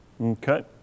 Okay